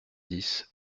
dix